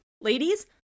ladies